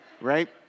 Right